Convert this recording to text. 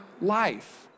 life